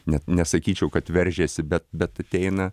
net nesakyčiau kad veržiasi bet bet ateina